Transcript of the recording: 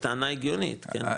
טענה הגיונית, כן.